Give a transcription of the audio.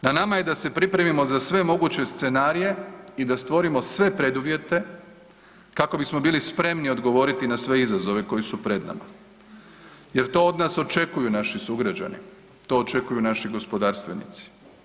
Na nama je da se pripremimo za sve moguće scenarije i da stvorimo sve preduvjete kako bismo bili spremni odgovoriti na sve izazove koji su pred nama jer to od nas očekuju naši sugrađani, to očekuju naši gospodarstvenici.